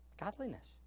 godliness